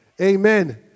Amen